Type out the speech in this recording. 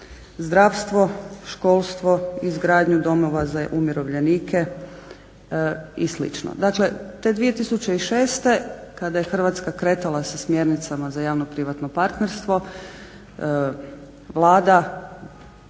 zdravstvo, školstvo, izgradnju domova za umirovljenike i slično. Dakle, te 2006. kada je Hrvatska kretala sa smjernicama za javno-privatno partnerstvo Vlada,